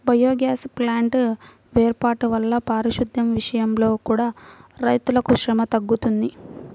biogas ప్లాంట్ల వేర్పాటు వల్ల పారిశుద్దెం విషయంలో కూడా రైతులకు శ్రమ తగ్గుతుంది